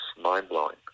mind-blowing